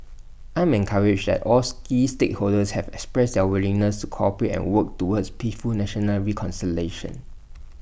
I am encouraged that all key stakeholders have expressed their willingness to cooperate and work towards peaceful national reconciliation